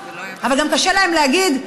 אבל גם קשה להן להגיד: